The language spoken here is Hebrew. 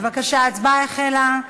בבקשה, ההצבעה החלה.